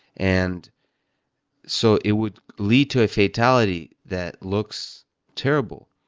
and so it would lead to a fatality that looks terrible.